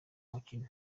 mukino